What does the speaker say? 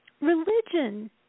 religion